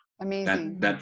Amazing